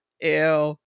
Ew